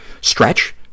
stretch